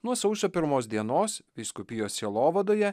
nuo sausio pirmos dienos vyskupijos sielovadoje